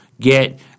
get